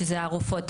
וזה הרופאות,